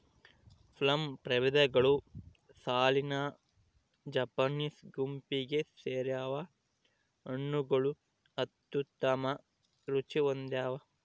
plum ಪ್ರಭೇದಗಳು ಸಾಲಿಸಿನಾ Japanese ಗುಂಪಿಗೆ ಸೇರ್ಯಾವ ಹಣ್ಣುಗಳು ಅತ್ಯುತ್ತಮ ರುಚಿ ಹೊಂದ್ಯಾವ